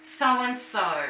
so-and-so